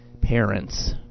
parents